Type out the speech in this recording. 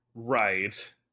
Right